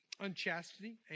Unchastity